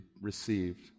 received